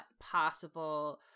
possible